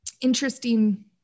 interesting